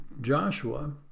Joshua